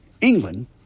England